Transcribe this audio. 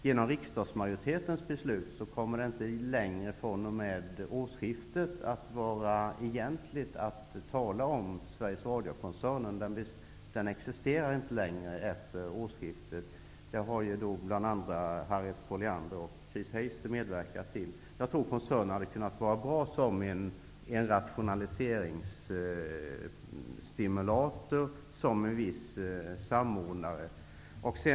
Genom riksdagsmajoritetens beslut kommer det fr.o.m. årsskiftet inte längre att vara korrekt att tala om Sveriges Radio-koncernen, eftersom den då inte längre kommer att existera, vilket bl.a. Harriet Colliander och Chris Heister har medverkat till. Jag tror att koncernen hade kunnat vara bra som en rationaliseringsstimulator, som en viss samordnare.